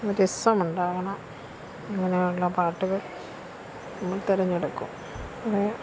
രസമുണ്ടാവണം അങ്ങനെയുള്ള പാട്ടുകൾ നമ്മൾ തെരഞ്ഞെടുക്കും പിന്നെ